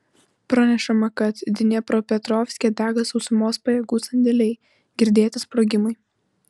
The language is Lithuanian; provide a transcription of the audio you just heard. pranešama kad dniepropetrovske dega sausumos pajėgų sandėliai girdėti sprogimai